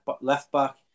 left-back